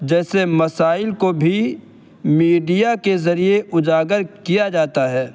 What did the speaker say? جیسے مسائل کو بھی میڈیا کے ذریعے اجاگر کیا جاتا ہے